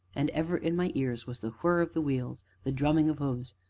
and ever in my ears was the whir of the wheels, the drumming of hoofs,